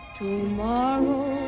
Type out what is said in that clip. tomorrow